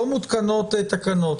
לא מותקנות תקנות,